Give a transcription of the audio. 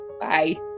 Bye